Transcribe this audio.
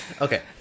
Okay